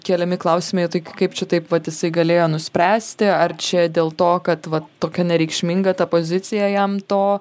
keliami klausimai tai kaip čia taip vat jisai galėjo nuspręsti ar čia dėl to kad vat tokia nereikšminga ta pozicija jam to